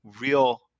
real